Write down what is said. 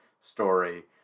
story